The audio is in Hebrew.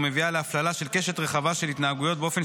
ומביאה להפללה של קשת רחבה של התנהגויות באופן